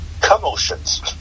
commotions